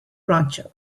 rancho